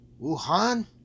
Wuhan